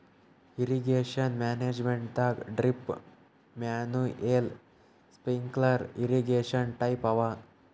irrigation ಮ್ಯಾನೇಜ್ಮೆಂಟದಾಗ್ drip manual sprinkler irrigation type ಅವ